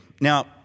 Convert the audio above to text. Now